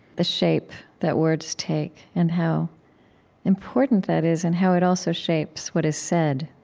the shape that words take, and how important that is, and how it also shapes what is said,